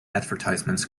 advertisements